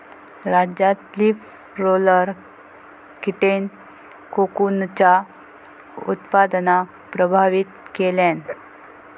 राज्यात leaf roller कीटेन कोकूनच्या उत्पादनाक प्रभावित केल्यान